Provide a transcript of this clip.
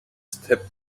step